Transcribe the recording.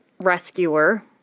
rescuer